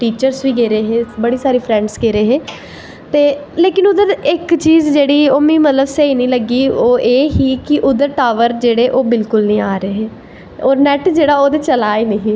teachers बी गेदे हे बड़े सारे फ्रैंडस गेदे हे ते लेकिन इक्क चीज़ उध्दर दी में स्हेई नी लग्गी ओह् एह् ही कि उध्दर टॉवर जेह्ड़े बिल्कुल नी आ दे हे और नैट जेह्ड़ा ओह् ते चला दा गै नी हां